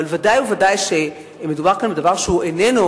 אבל ודאי וודאי שמדובר כאן בדבר שאיננו